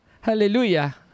hallelujah